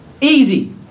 Easy